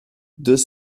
deux